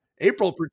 April